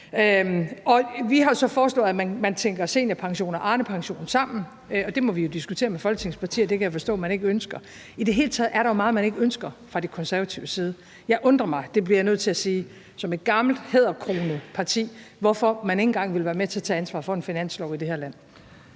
Vi har så foreslået, at man tænker seniorpensionen og Arnepensionen sammen, og det må vi jo diskutere med Folketingets partier. Det kan jeg forstå at man ikke ønsker. I det hele taget er der meget, man ikke ønsker fra De Konservatives side. Jeg undrer mig over – det bliver jeg nødt til at sige – hvorfor man som et gammelt, hæderkronet parti ikke engang vil være med til at tage ansvaret for en finanslov i det her land.